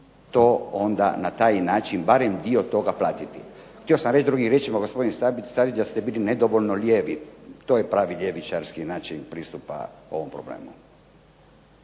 to onda na taj način barem dio toga platiti. Htio sam reći drugim riječima gospodine Stazić da ste bili nedovoljno lijevi. To je pravi ljevičarski način pristupa ovom problemu.